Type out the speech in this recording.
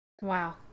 Wow